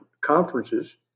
conferences